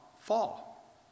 fall